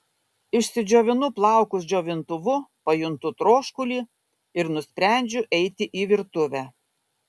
išsidžiovinu plaukus džiovintuvu pajuntu troškulį ir nusprendžiu eiti į virtuvę